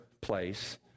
place